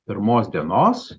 pirmos dienos